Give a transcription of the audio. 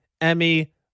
Emmy